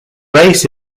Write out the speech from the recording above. race